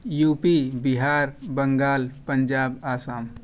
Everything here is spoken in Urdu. you P Bihar Bengal Punjab Assam